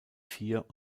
vier